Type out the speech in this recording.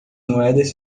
moedas